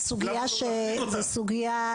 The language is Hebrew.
זו סוגיה,